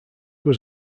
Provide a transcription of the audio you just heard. was